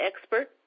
expert